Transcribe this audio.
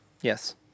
Yes